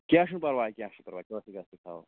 کیٚنٛہہ چھُنہٕ پرواے کیٚنٛہہ چھُنہٕ پرواے کٲنٛسی